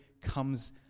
comes